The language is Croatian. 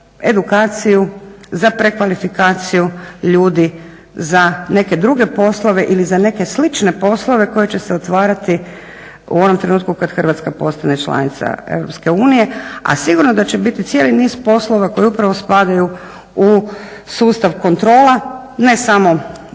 za edukaciju, za prekvalifikaciju ljudi, za neke druge poslove ili za neke slične poslove koji će se otvarati u onom trenutku kada Hrvatska postane članica EU a sigurno da će biti cijeli niz poslova koji upravo spadaju u sustav kontrola, ne samo